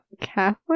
Catholic